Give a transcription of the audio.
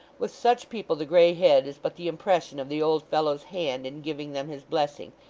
with such people the grey head is but the impression of the old fellow's hand in giving them his blessing,